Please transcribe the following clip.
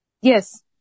Yes